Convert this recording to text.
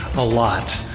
a lot.